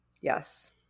Yes